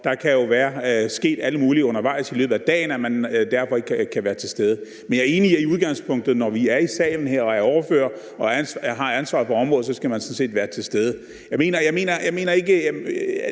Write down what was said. der kan være sket alt muligt undervejs i løbet af dagen, så man derfor ikke kan være til stede. Men jeg er som udgangspunkt enig i, at når vi er ordførere og har ansvaret for et område, så skal vi sådan set være til stede her i salen.